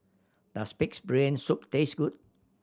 does Pig's Brain Soup taste good